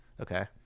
okay